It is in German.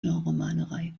genremalerei